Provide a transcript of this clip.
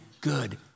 good